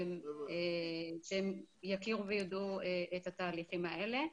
שהם יכירו ויידעו את התהליכים האלה.